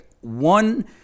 one